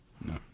no